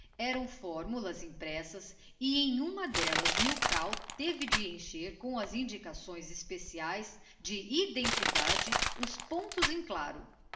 eram formulas impressas e em uma d'ellas milkau teve de encher com as indicações especiaesde identidade os pontos em claro